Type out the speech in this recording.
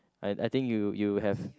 I I think you you have